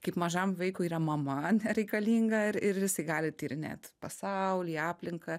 kaip mažam vaikui yra mama ane reikalinga ir ir jisai gali tyrinėt pasaulį aplinką